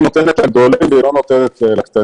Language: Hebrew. היא נותנת לגדולים ולא לקטנים.